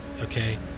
okay